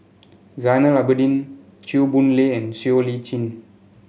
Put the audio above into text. Zainal Abidin Chew Boon Lay and Siow Lee Chin